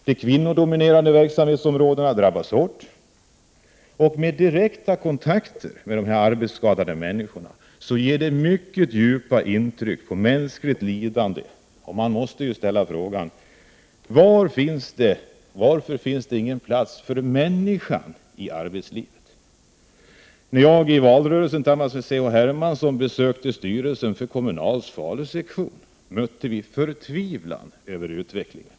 De kvinnodominerade verksamhetsområdena drabbas hårt. Direkta kontakter med arbetsskadade människor ger mycket djupa intryck av mänskligt lidande, och man måste ställa frågan: Varför finns det ingen plats för människan i arbetslivet? När jag i valrörelsen tillsammans med C-H Hermansson besökte styrelsen för Kommunals Falusektion mötte vi förtvivlan över utvecklingen.